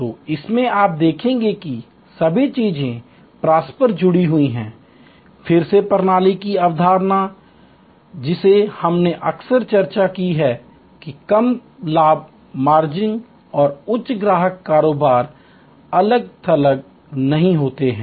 तो इसमें आप देखेंगे कि सभी चीजें परस्पर जुड़ी हुई हैं फिर से प्रणाली की अवधारणा सिस्टम कॉन्सेप्ट जिसे हमने अक्सर चर्चा की है कि कम लाभ मार्जिन और उच्च ग्राहक कारोबार अलग थलग नहीं होते हैं